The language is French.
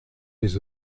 les